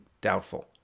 doubtful